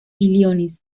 illinois